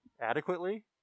adequately